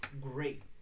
great